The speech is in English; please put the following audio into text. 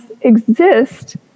exist